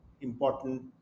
important